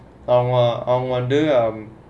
I won I wonder um